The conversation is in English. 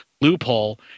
loophole